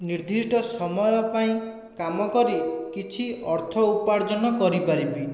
ନିର୍ଦ୍ଧିଷ୍ଟ ସମୟ ପାଇଁ କାମ କରି କିଛି ଅର୍ଥ ଉପାର୍ଜନ କରିପାରିବି